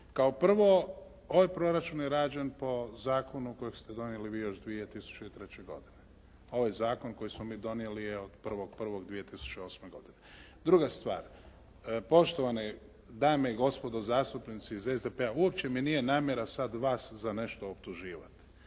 Kao prvo, ovaj proračun je rađen po zakonu koji ste donijeli vi još 2003. godine. ovaj zakon koji smo mi donijeli je od 1. 1. 2008. godine. Druga stvar, poštovane dame i gospodo zastupnici iz SDP-a uopće mi nije namjera sada vas za nešto optuživati.